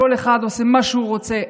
כל אחד עושה מה שהוא רוצה.